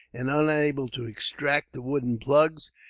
and unable to extract the wooden plugs,